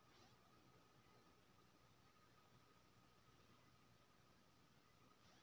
अरारोट diarrhoea केँ ठीक करै छै आ कब्ज केँ सेहो काबु मे रखै छै